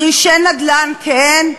כרישי נדל"ן, כן.